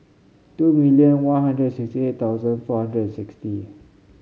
two million One Hundred and sixty eight thousand four hundred and sixty